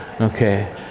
okay